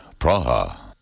Praha